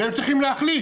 והם צריכים להחליט,